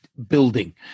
building